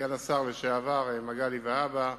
סגן השר לשעבר, מגלי והבה,